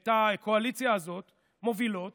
את הקואליציה הזאת מובילות